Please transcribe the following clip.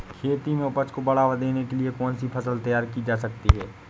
खेती में उपज को बढ़ावा देने के लिए कौन सी फसल तैयार की जा सकती है?